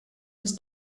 was